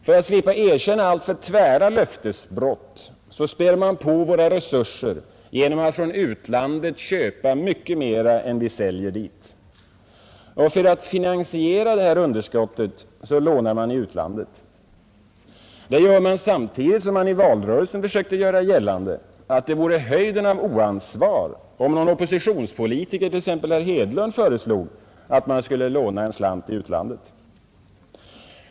För att slippa erkänna alltför tvära löftesbrott späder man på våra resurser genom att från utlandet köpa mycket mera än vad vi säljer dit, och för att finansiera underskottet lånar man i utlandet. Detta gör man samtidigt som man i valrörelsen försökte göra gällande att det vore höjden av oansvar om en oppositionspolitiker, t.ex. herr Hedlund, föreslog att man skulle låna en slant i utlandet.